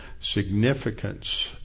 significance